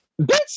Bitch